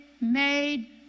made